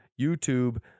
youtube